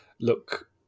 look